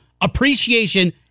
appreciation